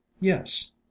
yes